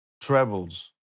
travels